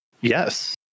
yes